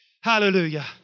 Hallelujah